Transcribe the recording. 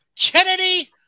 Kennedy